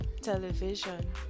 television